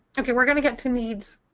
okay, we're going to get to needs.